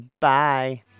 Bye